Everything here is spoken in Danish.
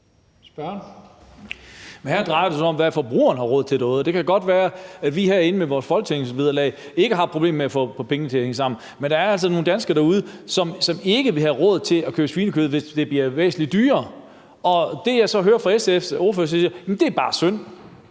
her drejer det sig jo om, hvad forbrugeren derude har råd til. Det kan godt være, at vi herinde med vores folketingsvederlag ikke har problemer med at få pengene til at række, men der er altså nogle danskere derude, som ikke vil have råd til at købe svinekød, hvis det bliver væsentligt dyrere. Det, jeg så hører SF's ordfører sige, er: Hvis du